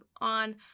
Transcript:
on